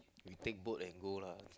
we take boat and go lah